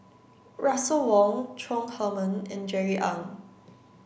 Russel Wong Chong Heman and Jerry Ng